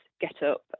get-up